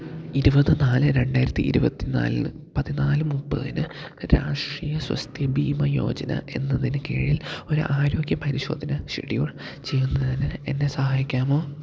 ഇരുപത് നാല് രണ്ടായിരത്തി ഇരുപത്തി നാലിന് പതിനാല് മുപ്പതിന് രാഷ്ട്രീയ സ്വസ്ഥ്യ ബീമ യോജന എന്നതിന് കീഴിൽ ഒരു ആരോഗ്യ പരിശോധന ഷെഡ്യൂൾ ചെയ്യുന്നതിന് എന്നെ സഹായിക്കാമോ